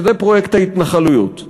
שזה פרויקט ההתנחלויות,